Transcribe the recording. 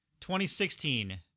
2016